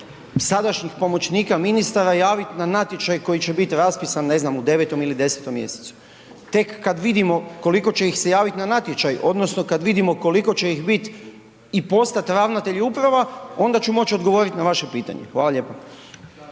sadašnjih pomoćnika ministara javiti na natječaj koji će biti raspisan ne znam u 9. ili 10. mjesecu. Tek kad vidimo koliko će ih se javiti na natječaj odnosno kad vidimo koliko će ih biti i postati ravnatelji uprava onda ću moći odgovoriti na vaše pitanje. Hvala lijepa.